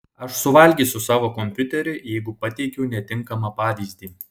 aš suvalgysiu savo kompiuterį jeigu pateikiau netinkamą pavyzdį